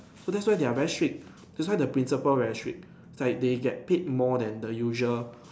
so that's why they are very strict that's why the principal very strict is like they get paid more than the usual